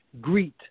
greet